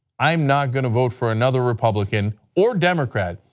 i'm not going to vote for another republican, or democrat,